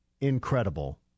incredible